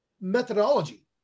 methodology